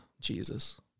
Jesus